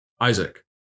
Isaac